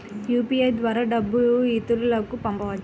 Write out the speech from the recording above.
UPI ద్వారా డబ్బు ఇతరులకు పంపవచ్చ?